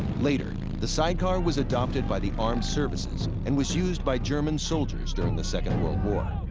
later, the sidecar was adopted by the armed services and was used by german soldiers during the second world war.